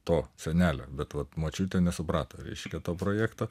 to senelio bet va močiutė nesuprato reiškia to projekto